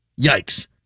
Yikes